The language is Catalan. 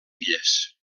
illes